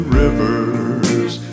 rivers